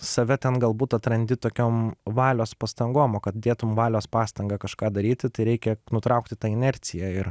save ten galbūt atrandi tokiom valios pastangom o kad dėtum valios pastangą kažką daryti tai reikia nutraukti tą inerciją ir